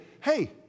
hey